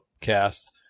cast